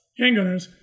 handgunners